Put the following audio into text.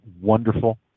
wonderful